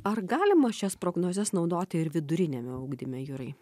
ar galima šias prognozes naudoti ir viduriniame ugdyme jurai